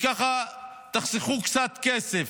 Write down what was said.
וככה תחסכו קצת כסף,